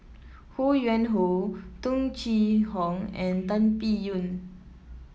Ho Yuen Hoe Tung Chye Hong and Tan Biyun